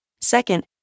Second